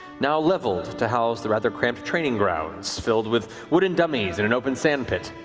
now leveled to house the rather cramped training grounds filled with wooden dummies and an open sand pit.